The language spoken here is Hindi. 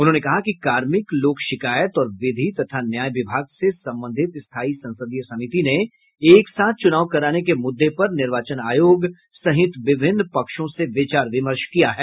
उन्होंने कहा कि कार्मिक लोक शिकायत और विधि तथा न्याय विभाग से संबंधित स्थायी संसदीय समिति ने एक साथ चुनाव कराने के मुद्दे पर निर्वाचन आयोग सहित विभिन्न पक्षों से विचार विमर्श किया है